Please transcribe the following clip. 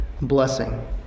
blessing